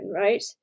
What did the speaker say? right